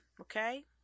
Okay